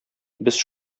без